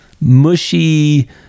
mushy